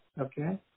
Okay